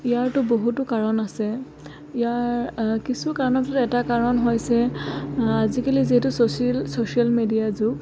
ইয়াৰতো বহুতো কাৰণ আছে ইয়াৰ কিছু কাৰণৰ ভিতৰত এটা কাৰণ হৈছে আজিকালি যিহেতু ছ'চিয়েল ছ'চিয়েল মিডিয়া যুগ